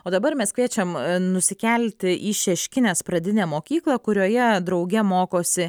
o dabar mes kviečiam nusikelti į šeškinės pradinę mokyklą kurioje drauge mokosi